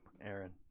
Aaron